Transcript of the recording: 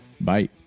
Bye